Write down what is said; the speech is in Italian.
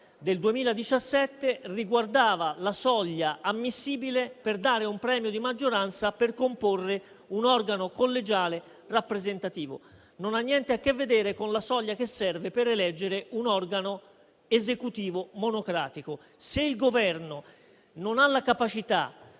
del 2017 riguardava la soglia ammissibile per dare un premio di maggioranza per comporre un organo collegiale rappresentativo e non ha niente a che vedere con la soglia che serve per eleggere un organo esecutivo monocratico. Se il Governo non ha la capacità